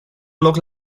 loc